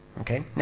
Okay